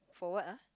for what ah